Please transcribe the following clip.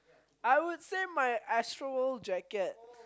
I would say my Astroworld jacket